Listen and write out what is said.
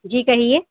جی کہیے